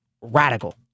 radical